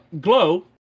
Glow